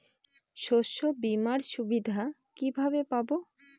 শস্যবিমার সুবিধা কিভাবে পাবো?